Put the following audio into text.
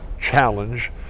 challenge